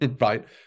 right